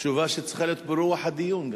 זו תשובה שצריכה להיות גם ברוח הדיון.